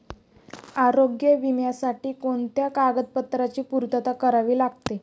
आरोग्य विम्यासाठी कोणत्या कागदपत्रांची पूर्तता करावी लागते?